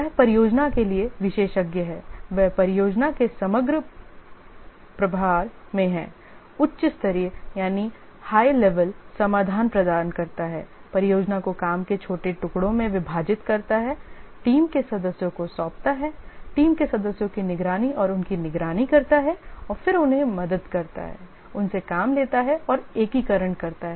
वह परियोजना के लिए विशेषज्ञ है वह परियोजना के समग्र प्रभार में है उच्च स्तरीय समाधान प्रदान करता है परियोजना को काम के छोटे टुकड़ों में विभाजित करता है टीम के सदस्यों को सौंपता है टीम के सदस्यों की निगरानी और उनकी निगरानी करता है और फिर उन्हें मदद करता है उनसे काम लेता है और एकीकरण करता है